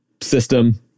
system